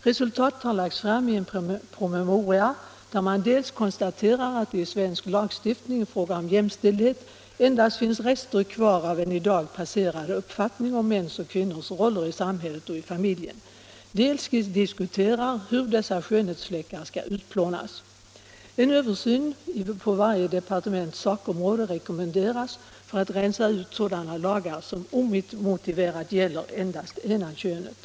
Resultatet har lagts fram i en promemoria, där man dels konstaterar att det i svensk lagstiftning i fråga om jämställdhet endast finns rester kvar av en i dag passerad uppfattning om mäns och Nr 24 kvinnors roller i samhället och i familjen, dels diskuterar hur dessa skönhetsfläckar skall utplånas. En översyn på varje departements sakområde rekommenderas för att rensa ut sådana lagar som omotiverat gäller endast I ena könet.